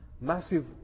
massive